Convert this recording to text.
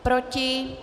Proti?